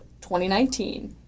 2019